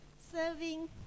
serving